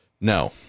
no